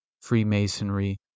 Freemasonry